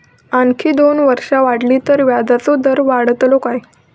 आणखी दोन वर्षा वाढली तर व्याजाचो दर वाढतलो काय?